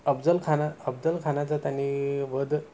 अफजल खाना अफजलखानाचा त्यांनी वध